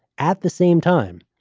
at the same time,